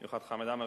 במיוחד חמד עמאר,